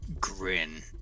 grin